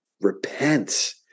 repent